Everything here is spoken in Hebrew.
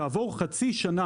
כעבור חצי שנה,